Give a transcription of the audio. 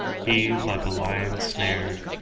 he, like a lion snared,